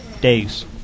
days